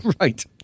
Right